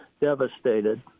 devastated